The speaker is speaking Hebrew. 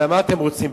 אלא מה אתם רוצים,